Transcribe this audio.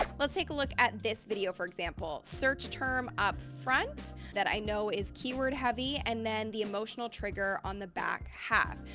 let's take a look at this video, for example. search term up front that i know is keyword heavy and then the emotional trigger on the back half.